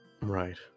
Right